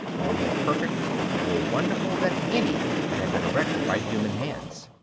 are more perfect, more wonderful, than any that have been erected by human hands.